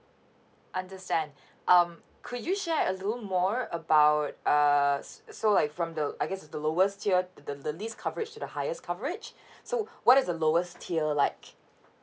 understand um could you share a little more about err s~ so like from the I guess the lowest tier the the least coverage to the highest coverage so what is the lowest tier like